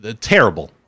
terrible